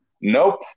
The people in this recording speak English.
Nope